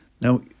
Now